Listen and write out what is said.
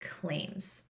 claims